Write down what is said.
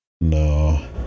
no